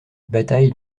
batailles